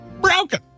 broken